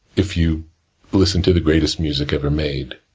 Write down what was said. if you listen to the greatest music ever made.